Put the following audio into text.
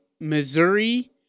Missouri